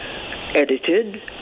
edited